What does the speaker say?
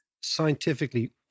scientifically